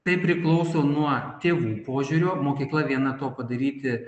tai priklauso nuo tėvų požiūrio mokykla viena to padaryti